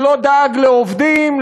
שלא דאג לעובדים,